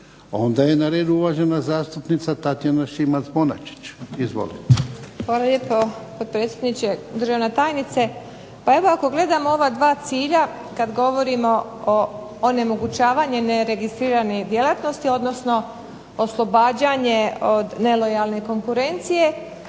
Onda je na redu uvažena zastupnica Tatjana Šimac-Bonačić. Izvolite. **Šimac Bonačić, Tatjana (SDP)** Hvala lijepo potpredsjedniče, državna tajniče. Pa evo ako gledamo ova dva cilja, kad govorimo o onemogućavanju neregistriranih djelatnosti, odnosno oslobađanje od nelojalne konkurencije,